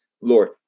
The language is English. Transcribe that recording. Lord